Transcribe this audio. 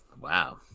Wow